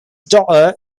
daughter